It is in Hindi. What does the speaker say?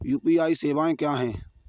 यू.पी.आई सवायें क्या हैं?